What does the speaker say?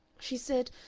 she said,